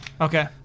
Okay